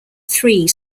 three